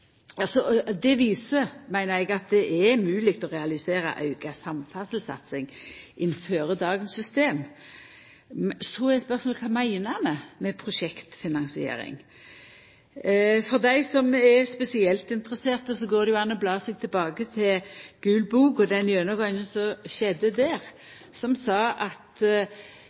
altså gjort. I 2010 fekk vi ei betydeleg innfasing allereie fyrste året i planperioden, og vi har no gjort greie for den opptrappinga vi følgjer, og som tidlegare er varsla. Det viser, meiner eg, at det er mogleg å realisera auka samferdselssatsing innanfor dagens system. Så er spørsmålet: Kva meiner ein med prosjektfinansiering? For dei som er spesielt interesserte, går det jo